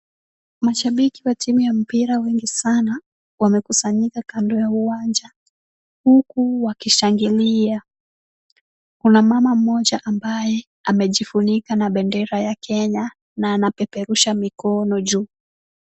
Mashabiki wa timu ya mpira wengi sana wamekusanyika kando ya uwanja huku wakishangilia. Kuna mama mmoja ambaye amejifunika na bendera ya Kenya na anapeperusha mikono juu.